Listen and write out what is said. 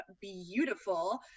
beautiful